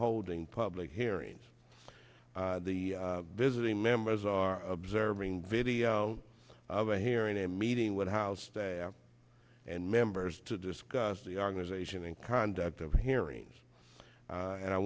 holding public hearings the visiting members are observing video of a hearing a meeting with house staff and members to discuss the organization and conduct of hearings and i